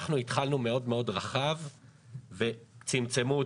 אנחנו התחלנו מאוד רחב וצמצמו אותנו.